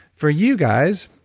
for you guys,